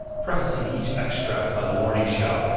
prefacing each extract by the warning shout,